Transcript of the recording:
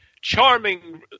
charming –